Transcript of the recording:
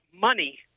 money